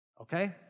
okay